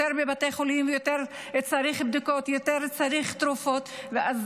יותר בבתי חולים וצריך יותר בדיקות וצריך יותר תרופות,